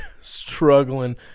struggling